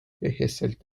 ühiselt